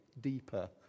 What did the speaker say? deeper